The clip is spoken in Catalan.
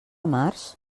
març